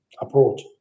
approach